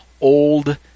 Old